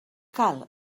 cal